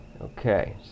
Okay